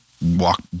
walk